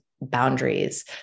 boundaries